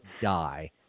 die